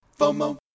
FOMO